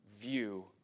view